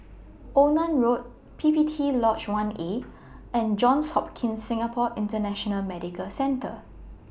Onan Road P P T Lodge one A and Johns Hopkins Singapore International Medical Centre